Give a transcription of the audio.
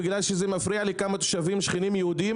בגלל שזה מפריע לכמה תושבים שכנים יהודים,